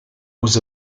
was